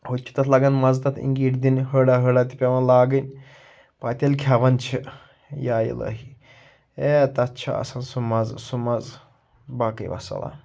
ہوٚتہِ چھُ تَتھ لگان مَزٕ تَتھ اِنگِیٖٹۍ زنہِ ہڑا ہڑا تہِ پیٚوان لاگٕنۍ پَتہٕ ییٚلہِ کھیٚوان چھِ یا اِلٰہی ہے تَتھ چھُ آسان سُہ مَزٕ سُہ مَزٕ باقٕے وَالسلم